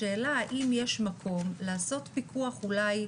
השאלה, האם יש מקום לעשות פיקוח אולי ספורדי,